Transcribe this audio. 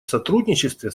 сотрудничестве